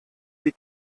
die